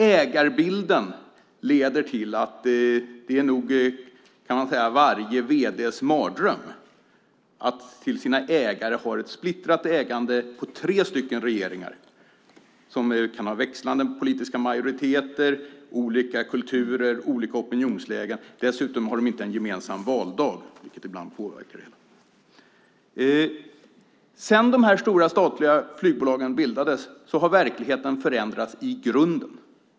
Ägarbilden leder till att det nog är varje vd:s mardröm att ha ett ägande splittrat på tre regeringar som kan ha växlande politiska majoriteter, olika kulturer, olika opinionslägen. Dessutom har de inte en gemensam valdag, vilket ibland kan påverka. Sedan de stora statliga flygbolagen bildades har verkligheten förändrats i grunden.